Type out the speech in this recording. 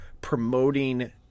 promoting